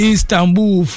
Istanbul